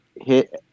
hit